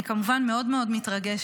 אני כמובן מאוד מאוד מתרגשת.